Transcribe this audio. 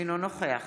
אינו נוכח